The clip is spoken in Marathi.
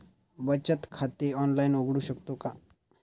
बचत खाते ऑनलाइन उघडू शकतो का?